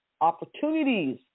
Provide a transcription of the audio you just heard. opportunities